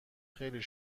خیلی